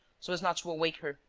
so as not to awake her.